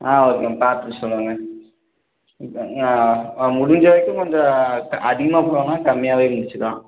ஆ okay பார்த்துட்டு சொல்லுங்கள் இப்போ ஞா ஆ முடிஞ்ச வரைக்கும் கொஞ்சம் த அதிகமாக போகாமல் கம்மியாகவே முடித்துக்கலாம்